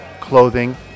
clothing